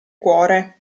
cuore